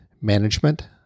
management